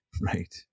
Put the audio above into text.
right